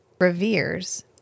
reveres